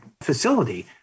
facility